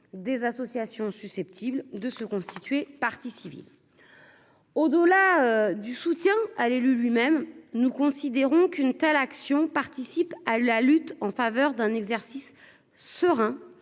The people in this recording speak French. des associations susceptibles de se constituer partie civile, au-delà du soutien à l'élu lui-même : nous considérons qu'une telle action participe à la lutte en faveur d'un exercice serein